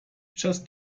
just